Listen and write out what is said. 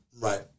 Right